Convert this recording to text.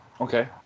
Okay